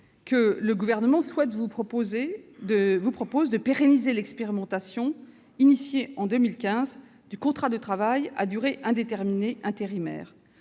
que le Gouvernement vous proposera de pérenniser l'expérimentation, engagée en 2015, du contrat de travail à durée indéterminée intérimaire.